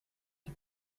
qui